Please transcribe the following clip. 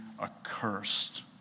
accursed